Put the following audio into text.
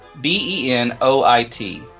B-E-N-O-I-T